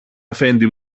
αφέντη